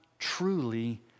truly